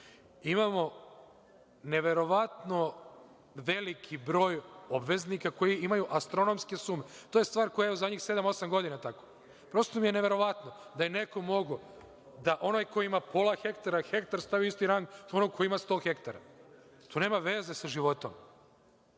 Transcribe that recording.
Imamo neverovatno veliki broj obveznika koji imaju astronomske sume. To je stvar koja je zadnjih sedam, osam godina takva. Prosto mi je neverovatno da je neko mogao da onog ko ima pola hektara, hektar, stavi u isti rang onog ko ima 100 hektara. To nema veze sa životom.